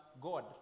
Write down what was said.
God